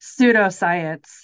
pseudoscience